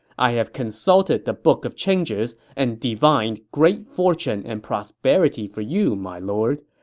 i have consulted the book of changes and divined great fortune and prosperity for you, my lord.